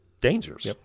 dangers